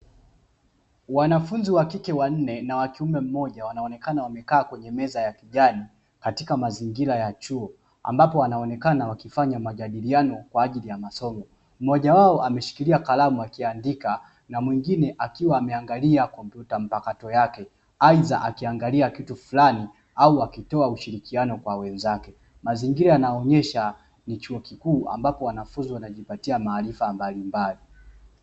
Wanafunzi wakike wanne na wakiume mmoja wanaonekana wamekaa kwenye meza ya kijani katika mazingira ya chuo, ambapo wanaonekana wakifanya majadiliano kwa ajili ya masomo. Mmoja wao ameshikilia kalamu akiandika na mwingine akiwa ameangalia kompyuta mpakato yake aidha akiangalia kitu fulani au akitoa ushirikiano kwa wenzake. Mazingira yanaonyesha ni chuo kikuu ambapo wanafunzi wanajipatia maarifa mbalimbali.